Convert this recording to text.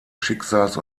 schicksals